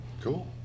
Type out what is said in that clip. Cool